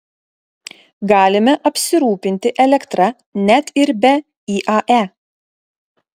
galime apsirūpinti elektra net ir be iae